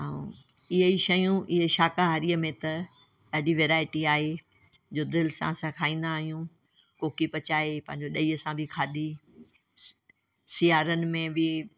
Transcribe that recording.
ऐं इहे ई शयूं इए शाकाहारीअ में त ॾाढी वैराइटी आई जो दिलि सां असां खाईंदा आहियूं कोकी पचाए पंहिंजे ॾहीअ सां बि खाधी